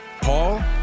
Paul